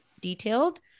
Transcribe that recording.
detailed